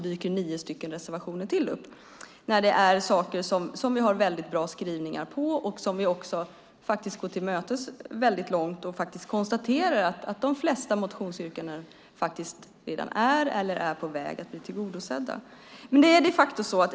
Det gäller ju frågor som vi har mycket bra skrivningar om och där vi väldigt långt går er till mötes och konstaterar att de flesta motionsyrkandena redan är eller är på väg att bli tillgodosedda.